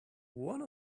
one